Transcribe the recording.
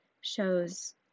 shows